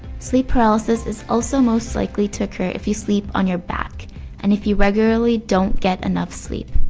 sleep paralysis is also most likely to occur if you sleep on your back and if you regularly don't get enough sleep.